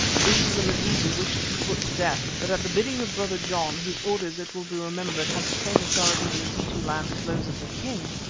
these the mazitu wished to put to death, but at the bidding of brother john, whose orders, it will be remembered, had the same authority in mazitu-land as those of the king,